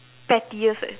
pettiest eh